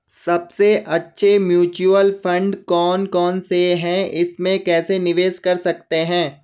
सबसे अच्छे mutual fund कौन कौनसे हैं इसमें कैसे निवेश कर सकते हैं?